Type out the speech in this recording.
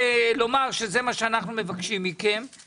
באופקים יש לנו שני בתי מרקחת שאנחנו מפעלים ושניים שעובדים איתנו